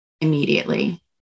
immediately